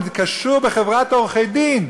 אני קשור בחברת עורכי-דין,